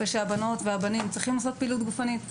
ושהבנות והבנים צריכים לעשות פעילות גופנית.